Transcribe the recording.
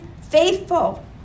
faithful